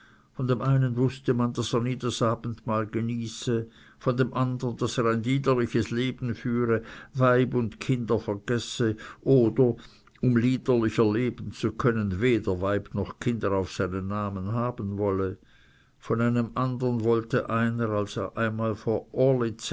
von dem einen wußte man daß er nie das abendmahl genieße von dem andern daß er ein liederliches leben führe weib und kinder vergesse oder um liederlicher leben zu können weder weib noch kind auf seinen namen haben wolle von einem andern wollte einer als er einmal vor